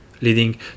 leading